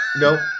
no